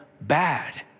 bad